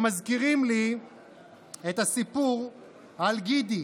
הם מזכירים לי את הסיפור על גידי.